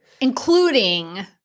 Including